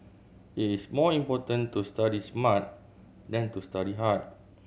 it is more important to study smart than to study hard